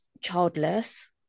childless